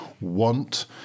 want